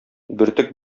бөртек